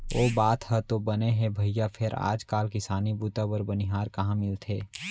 ओ बात ह तो बने हे भइया फेर आज काल किसानी बूता बर बनिहार कहॉं मिलथे?